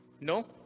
No